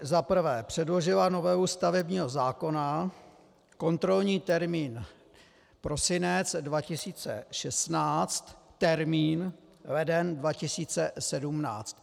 1. předložila novelu stavebního zákona, kontrolní termín prosinec 2016, termín leden 2017.